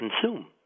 consume